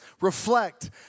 reflect